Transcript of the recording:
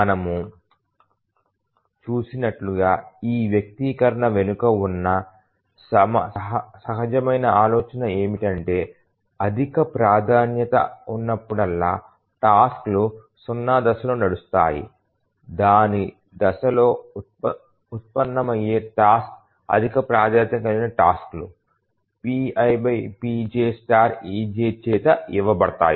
మనము చూసినట్లుగా ఈ వ్యక్తీకరణ వెనుక ఉన్న సహజమైన ఆలోచన ఏమిటంటే అధిక ప్రాధాన్యత ఉన్నప్పుడల్లా టాస్క్ లు 0 దశల్లో నడుస్తాయి దానితో దశలో ఉత్పన్నమయ్యే టాస్క్ అధిక ప్రాధాన్యత కలిగిన టాస్క్ లు pipjej చేత ఇవ్వబడతాయి